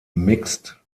mixed